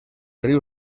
riu